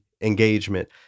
engagement